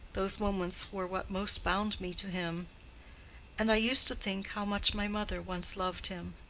those moments were what most bound me to him and i used to think how much my mother once loved him,